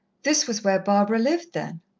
this was where barbara lived, then.